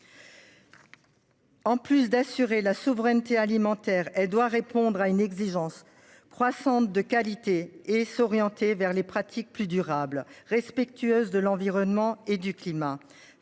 En plus d'assurer la souveraineté alimentaire et doit répondre à une exigence croissante de qualité et s'orienter vers les pratiques plus durable, respectueuse de l'environnement et du climat.